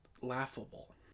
laughable